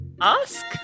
ask